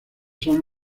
son